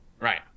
right